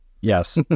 Yes